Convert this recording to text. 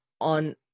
on